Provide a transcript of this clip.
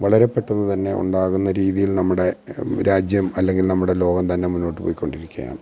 വളരെ പെട്ടെന്ന് തന്നെ ഉണ്ടാകുന്ന രീതിയിൽ നമ്മുടെ രാജ്യം അല്ലെങ്കിൽ നമ്മുടെ ലോകം തന്നെ മുന്നോട്ട് പോയിക്കൊണ്ടിരിക്കുകയാണ്